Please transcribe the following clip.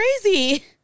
crazy